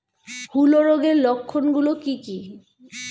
হূলো রোগের লক্ষণ গুলো কি কি?